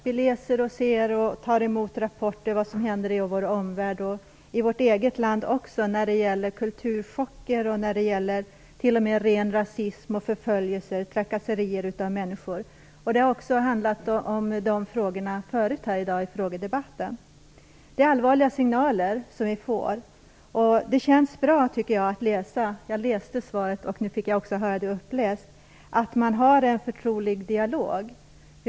Vi läser och tar emot rapporter om vad som händer i vår omvärld och i vårt eget land när det gäller kulturchocker och när det gäller t.o.m. ren rasism, förföljelser och trakasserier av människor. Det har ju även handlat om dessa frågor förut i frågedebatten i dag. Det är allvarliga signaler som vi får. Det kändes bra när jag läste svaret, och nu fick jag också höra det uppläst, att man har en förtrolig dialog.